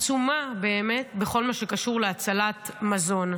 עצומה באמת, בכל מה שקשור להצלת מזון.